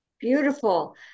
beautiful